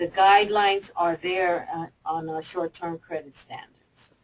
ah guidelines are there on our short-term credit standards.